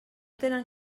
tenen